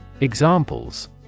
Examples